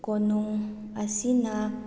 ꯀꯣꯅꯨꯡ ꯑꯁꯤꯅ